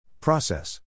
Process